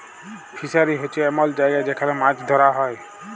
fishery হছে এমল জায়গা যেখালে মাছ ধ্যরা হ্যয়